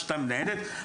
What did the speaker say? שניים בניידת,